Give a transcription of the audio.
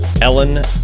Ellen